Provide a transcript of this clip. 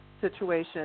situation